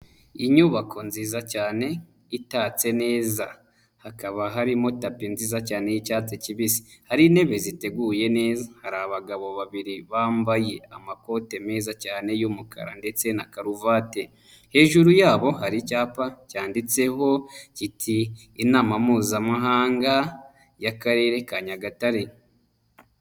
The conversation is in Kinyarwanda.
Inyubako nziza cyane itatse neza hakaba harimo tapi nziza cyane y'icyatsi kibisi, hari intebe ziteguye neza, hari abagabo babiri bambaye amapote meza cyane y'umukara ndetse na karuvate, hejuru yabo hari icyapa cyanditseho kiti inama mpuzamahanga y'Akarere ka Nyagatare.